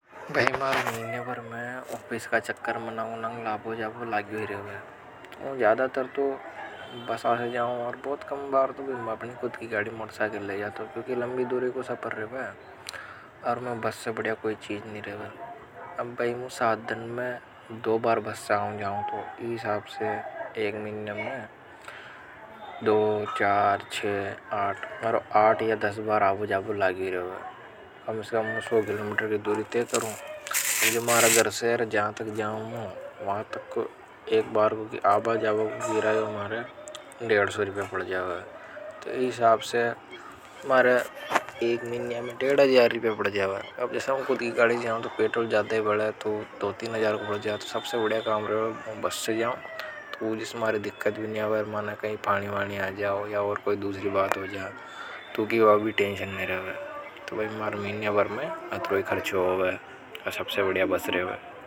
भई मारो महीना भर में ऑफिस का चक्कर मे आना आाबो जाबो लाग रेवे। मैं ज्यादा तर तो बस से जाऊं और बहुत कम बार तो भी मैं अपनी खुद की गाड़ी मोटरसाइकिल ले जाता हूं क्योंकि। लंभी दूरी को सपर रहे हैं और मैं बस से बढ़िया कोई चीज नहीं रहा हूं अब भी मु सात दन में दो बार बस से। जाऊं तो इस साथ से एक महीना में कि दो चार छह आठ और आठ या दस बार आबो जाबो लागी रेवै अब इसका मुझे। सो किलोमेटर की दूरीते करूं जो मारा जर से जहां तक जाऊंगा वहां तक एक बार को कि आबा जाबा को किरायों मारे डेढ़ सो रिपया को बल जावे। इन हिसाब से मारे एक मिनिया मे डेढ़ हजार रिपया पड़ जावे। जाऊं तो पेट्रोल ज्यादा ही बड़ा है तो दो तीन अजार को हो जाए तो सबसे बड़ा काम रहा हूं बस से जाऊं। जिसे मारे दिक्कत भी कोई दूसरी बात हो जाए तो कि वह भी टेंशन नहीं रहता तो वह मार मीनवर में अत्रोई खर्च। हो वह और सबसे बढ़िया बस रेवे।